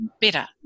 better